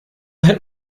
hält